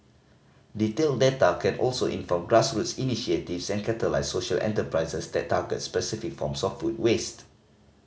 detailed data can also inform grassroots initiatives and catalyse social enterprises that target specific forms of food waste